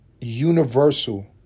Universal